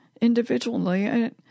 individually